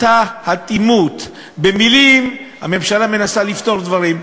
אותה אטימות: במילים הממשלה מנסה לפתור דברים,